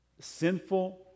sinful